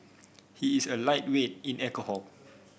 he is a lightweight in alcohol